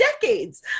decades